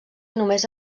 només